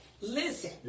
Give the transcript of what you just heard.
Listen